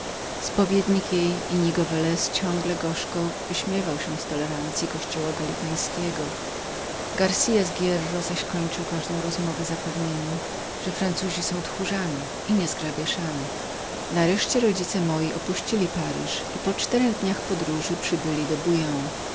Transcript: jej innigo velez ciągle gorzko wyśmiewał się z wolnych obrządków kościoła gallikańskiego garcias hierro zaś kończył każdą rozmowę utrzymując że francuzi byli tchórzami i niezgrabiaszami nareszcie rodzice moi opuścili paryż i po czterech dniach podróży przybyli do